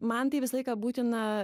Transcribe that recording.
man tai visą laiką būtina